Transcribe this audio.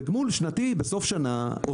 תגמול שנתי שניתן בסוף השנה.